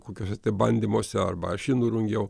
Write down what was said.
kokiuose tai bandymuose arba aš jį nurungiau